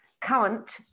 current